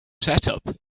setup